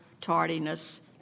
tardiness